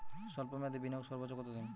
স্বল্প মেয়াদি বিনিয়োগ সর্বোচ্চ কত দিন?